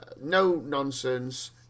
no-nonsense